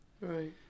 Right